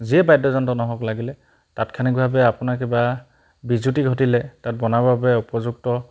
যিয়ে বাদ্যযন্ত্ৰ নহওক লাগিলে তাৎক্ষণিকভাৱে আপোনাৰ কিবা বিজুতি ঘটিলে তাত বনাবৰ বাবে উপযুক্ত